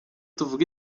tuvuga